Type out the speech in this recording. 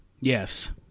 Yes